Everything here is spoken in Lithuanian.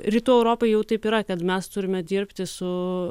rytų europa jau taip yra kad mes turime dirbti su